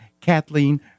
Kathleen